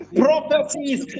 prophecies